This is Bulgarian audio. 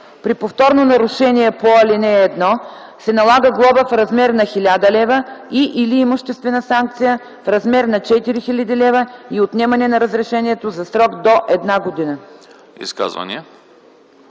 При повторно нарушение по ал. 1 се налага глоба в размер на 1000 лв. и/или имуществена санкция в размер на 4000 лв. и отнемане на разрешението за срок до една година.”